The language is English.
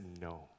no